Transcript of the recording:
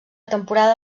temporada